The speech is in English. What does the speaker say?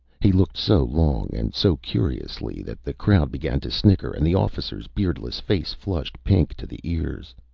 he looked so long and so curiously that the crowd began to snicker and the officer's beardless face flushed pink to the ears.